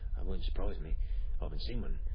wouldn't surprise me. i haven't seen one,